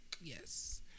Yes